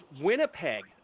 Winnipeg